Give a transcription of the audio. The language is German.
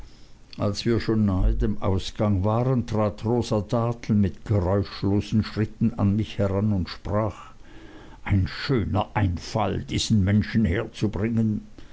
als wir schon nahe dem ausgang waren trat rosa dartle mit geräuschlosem schritt an mich heran und sprach ein schöner einfall diesen menschen herzubringen